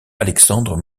alexandre